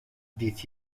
dit